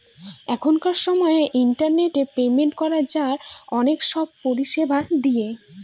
এখনকার সময় internet payment করা যায় অনেক সব পরিষেবা দিয়ে